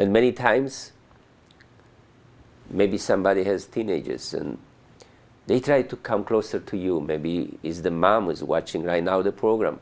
and many times maybe somebody has teenagers and they tried to come closer to you may be is the mom was watching right now the program